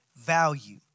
value